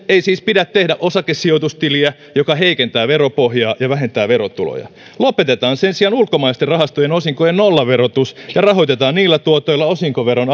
ei siis pidä tehdä osakesijoitustiliä joka heikentää veropohjaa ja vähentää verotuloja lopetetaan sen sijaan ulkomaisten rahastojen osinkojen nollaverotus ja rahoitetaan niillä tuotoilla osinkoveron